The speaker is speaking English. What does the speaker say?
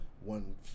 one